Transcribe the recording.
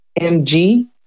mg